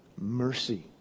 mercy